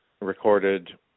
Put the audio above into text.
recorded